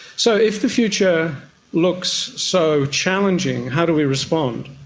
so if the future looks so challenging, how do we respond?